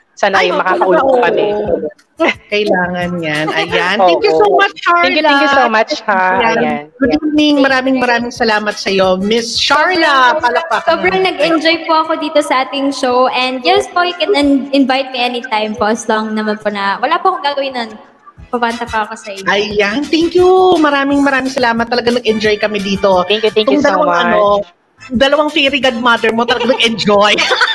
Sana Ay, yung makakaulit oh. pa din. Kailangan yan. Ayan. Oo. Thank you so much, Thank you- thank you so Sharla. much, ha. Ayan. Ayan. Good Ayan. evening. Maraming, maraming salamat sa'yo, Miss Sharla. Palakpak. Sobrang nag-enjoy po ako dito sa ating show. And yes po, you can in- invite me anytime po as long naman po na wala po akong gagawin nun. Pabanta pa ako sa inyo. Ayan. Thank you. Maraming, maraming salamat. Talagang nag-enjoy kami dito. Thank you- thank you Itong so dalawang ano, much. dalawang fairy godmother mo, talagang nag-enjoy.